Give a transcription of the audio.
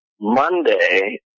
Monday